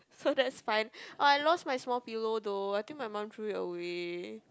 so that's fun oh I lost my small pillow though I think my mum threw it away